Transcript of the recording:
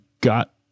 got